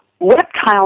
reptiles